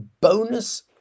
bonus